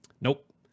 Nope